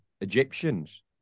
Egyptians